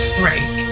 break